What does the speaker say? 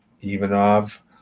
ivanov